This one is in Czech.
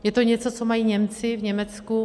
Je to něco, co mají Němci v Německu.